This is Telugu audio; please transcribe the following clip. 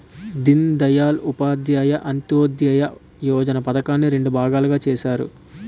దీన్ దయాల్ ఉపాధ్యాయ అంత్యోదయ యోజన పధకాన్ని రెండు భాగాలుగా చేసారు